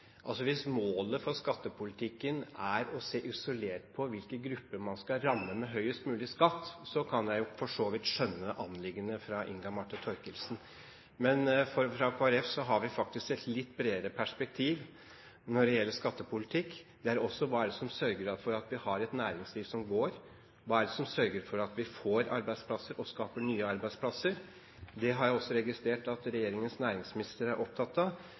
er å se isolert på hvilke grupper man skal ramme med høyest mulig skatt, kan jeg for så vidt skjønne anliggendet fra Inga Marte Thorkildsen. Men Kristelig Folkeparti har faktisk et litt bredere perspektiv når det gjelder skattepolitikk. Det er: Hva er det som sørger for at vi har et næringsliv som går? Hva er det som sørger for at vi skaper nye arbeidsplasser? Det har jeg også registrert at regjeringens næringsminister er opptatt av.